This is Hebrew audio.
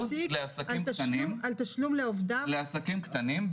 לעסקים קטנים,